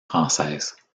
française